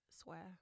swear